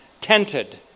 tented